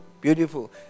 beautiful